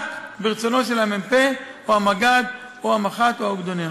רק ברצונו של המ"פ או המג"ד או המח"ט או האוגדונר.